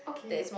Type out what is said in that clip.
okay